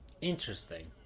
Interesting